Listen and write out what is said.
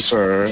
Sir